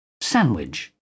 Sandwich